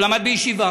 והוא למד בישיבה.